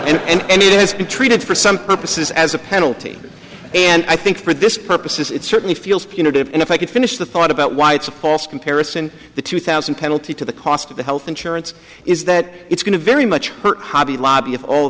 up and it has been treated for some purposes as a penalty and i think for this purposes it certainly feels punitive and if i could finish the thought about why it's a cost comparison the two thousand penalty to the cost of the health insurance is that it's going to very much hurt hobby lobby of all